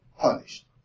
punished